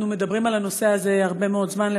אנחנו מדברים על הנושא הזה הרבה מאוד זמן,